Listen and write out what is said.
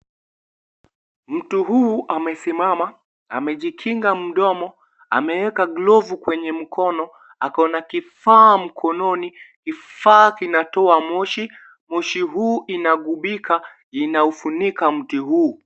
Mtu huu amesimama amejikinga mdomo ameweka glavu kwenye mkono ako na kifaa mkononi, kifaa kinatoa moshi, moshi huu inagubika inaufunika mti huu.